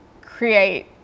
create